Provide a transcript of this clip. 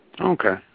Okay